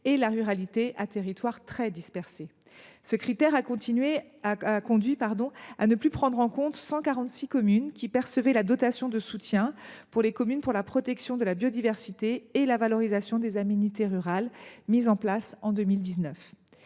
et la ruralité à habitat très dispersé. Ce critère a conduit à ne plus prendre en compte 146 communes qui percevaient la dotation de soutien aux communes pour la protection de la biodiversité et pour la valorisation des aménités rurales mise en place en 2019.